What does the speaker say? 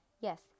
Yes